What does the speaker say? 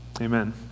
Amen